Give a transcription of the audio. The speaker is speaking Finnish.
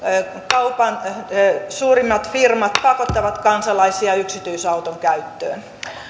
kaupan alan suurimmat firmat pakottavat kansalaisia yksityisauton käyttöön